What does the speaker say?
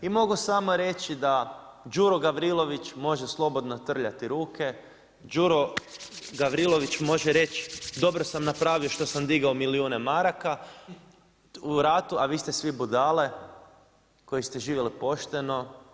I mogu samo reći da Đuro Gavrilović može slobodno trljati ruke, Đuro Gavrilović može reći, dobro sam napravio što sam digao milijune maraka u ratu, a vi ste svi budale, koji ste živjeli pošteno.